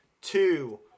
two